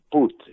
put